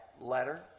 letter